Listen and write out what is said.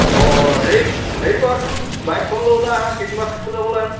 অঁ হেৰি হেৰি কৰাচোন বাইকখন লৈ ওলাই আহা খ্ৰীষ্টমাছ খাবলৈ যাব লাগে নহয়